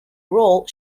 role